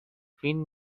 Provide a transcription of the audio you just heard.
فین